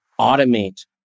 automate